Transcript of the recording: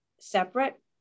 separate